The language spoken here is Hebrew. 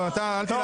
אתה אל תדאג לאחרים.